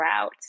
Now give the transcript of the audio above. route